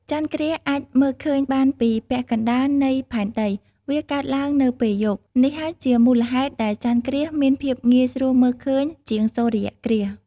ចន្ទគ្រាសអាចមើលឃើញបានពី ពាក់កណ្ដាលនៃផែនដី វាកើតឡើងនៅពេលយប់ នេះហើយជាមូលហេតុដែលចន្ទគ្រាសមានភាពងាយស្រួលមើលឃើញជាងសូរ្យគ្រាស ។